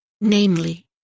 namely